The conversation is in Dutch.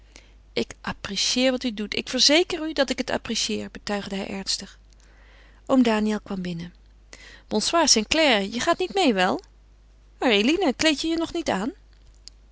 ik apprecieer wat u doet ik verzeker u dat ik het apprecieer betuigde hij ernstig oom daniël kwam binnen bonsoir st clare je gaat niet meê wel maar eline kleed je je nog niet aan